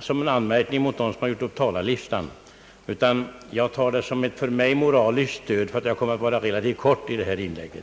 som en anmärkning mot dem som gjort upp talarlistan, utan jag tar det som ett moraliskt stöd för att uttrycka mig kort i detta inlägg.